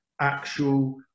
actual